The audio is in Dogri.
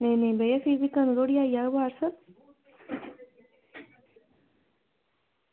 नेईं नेईं भैया फ्ही बी कदूं तगर आई जाह्ग पॉर्सल